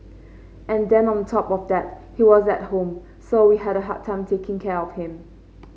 and then on top of that he was at home so we had a hard time taking care of him